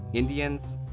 indians?